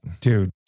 Dude